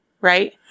right